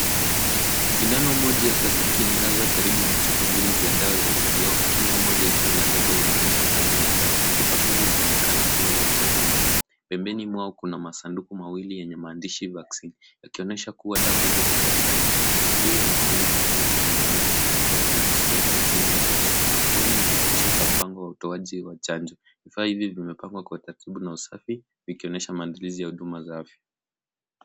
Sindano moja ya plastiki imelaza karibu na chupa mbili za dawa za kioo. Kila moja ikiwa na lebo inaonyesha aina ya dawa. Chupa hizo zinaonekana kuwa za chanjo maalum. Pembeni mwao kuna masanduku mawili yenye maandishi vaccine . Yakionyesha kuwa dawa hizo ni za chanjo. Juu ya masanduku hayo kuna maandishi ya mkono yanayosomeka TVFC. Huenda ni ufupisho wa mpango wa utoaji wa chanjo. Vifaa hivi vimepangwa kwa karibu na usafi ikionyesha maandalizi za huduma wa afya.